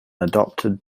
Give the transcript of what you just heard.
adopted